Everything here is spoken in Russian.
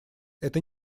это